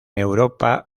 europa